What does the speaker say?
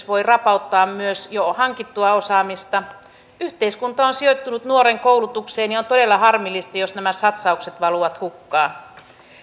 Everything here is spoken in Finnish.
voi rapauttaa myös jo hankittua osaamista yhteiskunta on sijoittanut nuoren koulutukseen ja on todella harmillista jos nämä satsaukset valuvat hukkaan